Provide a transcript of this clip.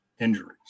injuries